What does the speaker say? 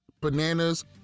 Bananas